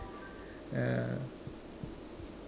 ya